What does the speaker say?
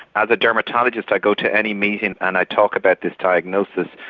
as a dermatologist i go to any meeting and i talk about this diagnosis.